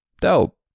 dope